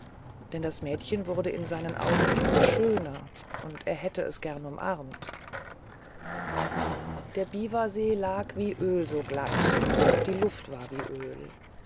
denn das mädchen wurde in seinen augen immer schöner und er hätte es gern umarmt der biwasee lag wie öl so glatt und auch die luft war wie öl